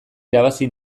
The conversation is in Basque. irabazi